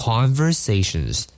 Conversations